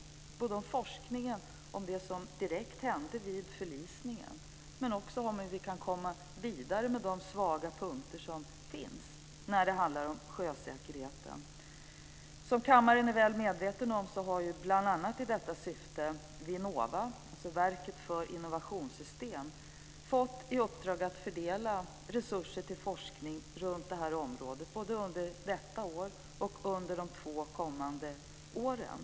Det gäller både forskningen om det som direkt hände vid förlisningen, men också om hur vi kan komma vidare med de svaga punkter som finns när det handlar om sjösäkerheten. Som kammaren väl är medveten om har bl.a. i detta syfte Vinnova, Verket för innovationssystem, fått i uppdrag att fördela resurser till forskning runt området, både under detta år och under de två kommande åren.